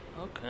Okay